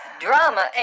drama